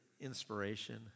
inspiration